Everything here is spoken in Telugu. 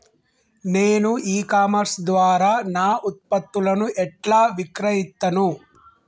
నేను ఇ కామర్స్ ద్వారా నా ఉత్పత్తులను ఎట్లా విక్రయిత్తను?